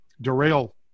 derail